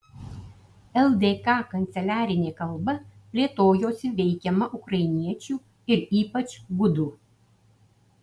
ldk kanceliarinė kalba plėtojosi veikiama ukrainiečių ir ypač gudų